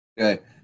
okay